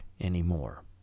anymore